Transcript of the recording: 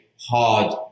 hard